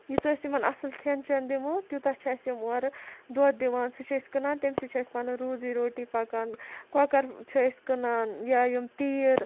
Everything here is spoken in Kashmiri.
ییٖژَہ أسۍ یِمَن اَصل کھیٚن چیٚن دِمو تیوٗتاہ چھِ اَسہِ یِم اورٕ دۄد دِوان سُہ چھِ أسۍ کٕنان تمہِ سۭتۍ چھُ اَسہِ پَنُن روزی روٹی پَکان کۄکَر چھِ أس کٕنان یا یِم تیٖر